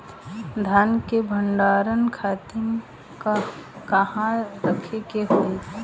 धान के भंडारन खातिर कहाँरखे के होई?